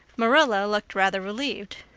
marilla looked rather relieved.